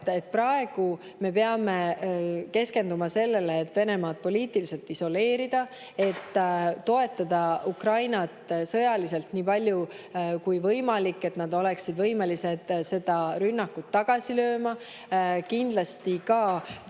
praegu me peame keskenduma sellele, kuidas Venemaad poliitiliselt isoleerida ja toetada Ukrainat sõjaliselt nii palju, kui võimalik, et ta oleks võimeline rünnakut tagasi lööma. Kindlasti tegeleme